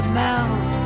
mouth